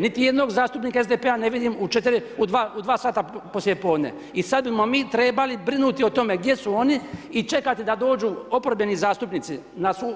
Niti jednog zastupnika SDP-a ne vidim u 2 sata poslijepodne i sada bi mi trebali brinuti o tome, gdje su oni i čekati da dođu oporbeni zastupnici